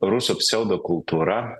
rusų pseudokultūra